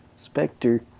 Spectre